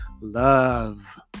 love